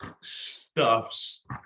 stuffs